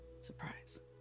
Surprise